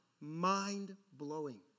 mind-blowing